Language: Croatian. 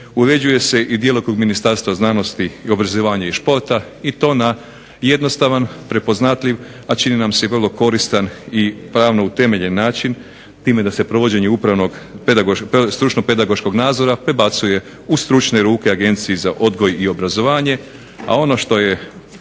Uređuje se i djelokrug Ministarstva znanosti, obrazovanja i športa i to na jednostavan, prepoznatljiv, a čini nam se i vrlo koristan i pravno utemeljen način time da se provođenje upravnog stručnog pedagoškog nadzora prebacuje u stručne ruke Agenciji za odgoj i obrazovanje. A ono što je